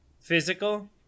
physical